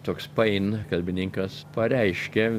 toks pain kalbininkas pareiškė